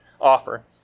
offer